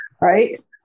Right